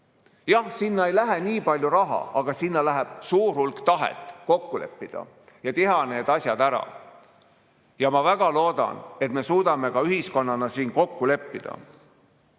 Jah, sinna ei lähe nii palju raha, aga sinna läheb suur hulk tahet kokku leppida ja teha need asjad ära. Ma väga loodan, et me suudame ühiskonnana siin kokku leppida.